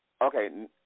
okay